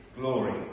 glory